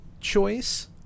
choice